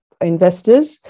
invested